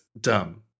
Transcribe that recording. dumb